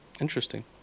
Interesting